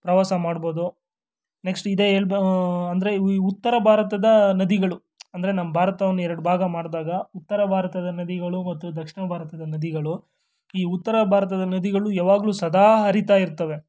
ಪ್ರವಾಸ ಮಾಡ್ಬೋದು ನೆಕ್ಸ್ಟ್ ಇದೇ ಎಲ್ಲಿ ಅಂದರೆ ಈ ಉ ಉತ್ತರ ಭಾರತದ ನದಿಗಳು ಅಂದರೆ ನಮ್ಮ ಭಾರತವನ್ನು ಎರಡು ಭಾಗ ಮಾಡಿದಾಗ ಉತ್ತರ ಭಾರತದ ನದಿಗಳು ಮತ್ತು ದಕ್ಷಿಣ ಭಾರತದ ನದಿಗಳು ಈ ಉತ್ತರ ಭಾರತದ ನದಿಗಳು ಯಾವಾಗಲೂ ಸದಾ ಹರಿತಾ ಇರ್ತವೆ